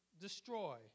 destroy